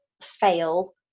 fail